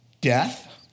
death